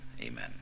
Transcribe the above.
amen